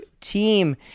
team